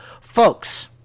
folks